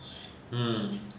hmm